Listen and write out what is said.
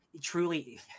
Truly